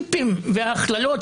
כספם ומרצם על הדבר הזה.